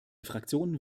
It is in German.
fraktion